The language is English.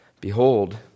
behold